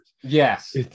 Yes